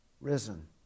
risen